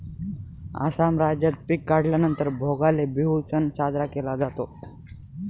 आसाम राज्यात पिक काढल्या नंतर भोगाली बिहू सण साजरा केला जातो